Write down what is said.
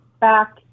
back